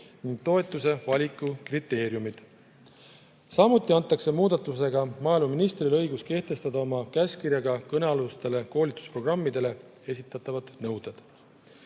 ning toetuse valiku kriteeriumid. Samuti antakse muudatusega maaeluministrile õigus kehtestada oma käskkirjaga kõnealustele koolitusprogrammidele esitatavad nõuded.